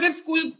school